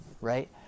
right